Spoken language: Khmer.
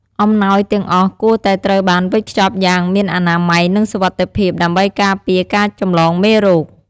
អំណោយទាំងអស់គួរតែត្រូវបានវេចខ្ចប់យ៉ាង មានអនាម័យ និងសុវត្ថិភាព ដើម្បីការពារការចម្លងមេរោគ។